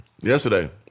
yesterday